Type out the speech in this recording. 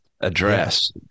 address